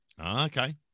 okay